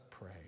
pray